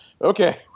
okay